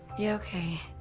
yeah, okay.